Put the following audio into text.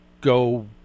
go